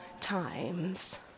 times